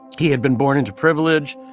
he had been born into privilege,